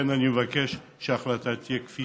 לכן, אני מבקש שההחלטה תהיה כפי